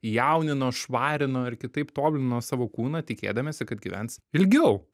jaunino švarino ir kitaip tobulino savo kūną tikėdamiesi kad gyvens ilgiau